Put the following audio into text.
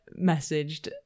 messaged